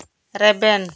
ᱨᱮᱵᱮᱱ